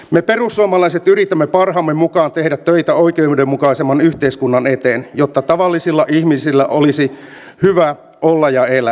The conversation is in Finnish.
me perussuomalaiset yritämme parhaamme mukaan tehdä töitä oikeudenmukaisemman yhteiskunnan eteen jotta tavallisilla ihmisillä olisi hyvä olla ja elää